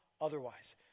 otherwise